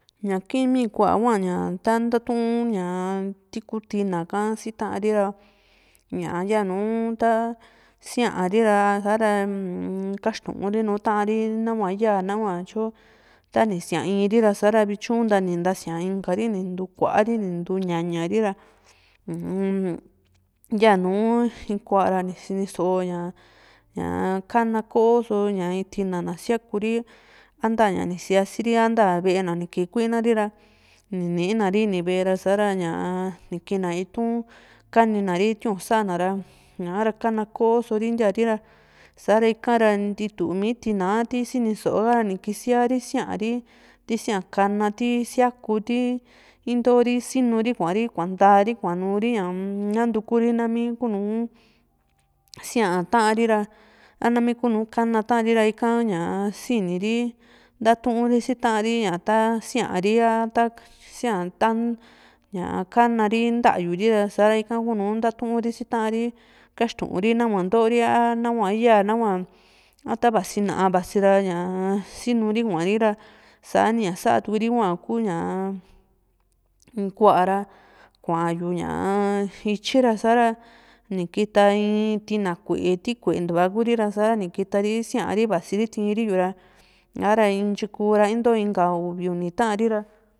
ña kimí kuahua ña ta ntatuu ña tiku tina ka si taari ra ña yanu ta síarira ha´ra mm ˂hesitatation˃ kaxtuuri nùù tari nahua ya nahua tyo tani ta ni siaa iri ra vityu nta ni ntasia inkari ni ntukuari ni ntuu ñañari ra uun yanu in kuara sini sóo ña ñá kana koso in tina na siakuri a ntaña ni siasiri a nta ve´e na kii kuinari ra ni ninari ni ve´e ra ñaa ni kina itu´n kani na ri tyu sana ra ñaa ra kana ko´sori ntiari ra sara ikara ntitu mi tinaa ti sini sóo ni kisiari síari ti sia kana ti siaku ti intori sinu ri kuari kuanta ri kuanu ri ñaa-m ka nantukuri námi ku nùù siaa taa´n ri ra a námi kuni kana taari ra ika ña sini ri ntaturi si taari ña ta síari aa ta sía´n ta kana ri nta´yuri ra sara ika kunu ntaturi si tarikaxtuu´n ri nahua ntoo ri a nahua yaa nahua a tavi na´a vasi ra sinu ri kuari ra sani ña sa´tukuri hua ku´ñaa nkuara kayu ñaa ityira sa´ra ni kita in tina kue ti kuentua Kuri ra sara ni kita ri siari vasi ri tiiri yu ra ña´ra ntyi kuraa into inka uvi uni ta´ri ra